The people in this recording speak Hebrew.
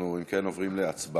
אם כן, אנחנו עוברים להצבעה